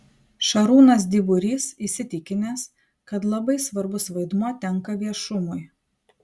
šarūnas dyburys įsitikinęs kad labai svarbus vaidmuo tenka viešumui